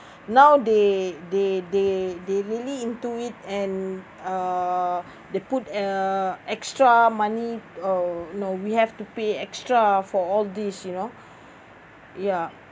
now they they they they really into it and uh they put uh extra money oh no we have to pay extra for all this you know ya